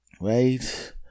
Right